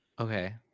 okay